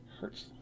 hurts